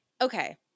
okay